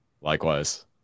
Likewise